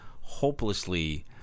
hopelessly